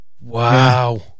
Wow